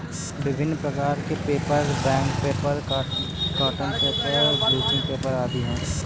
विभिन्न प्रकार के paper, bank paper, cotton paper, blotting paper आदि हैं